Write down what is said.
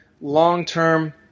long-term